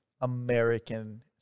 American